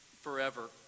forever